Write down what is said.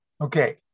okay